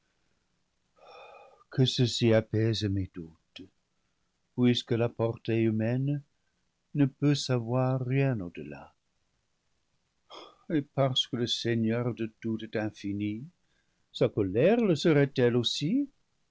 que ceci apaisé mes doutes puisque la portée humaine ne peut savoir rien au delà et parce que le seigneur de tout est infini sa colère le serait-elle aussi